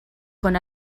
con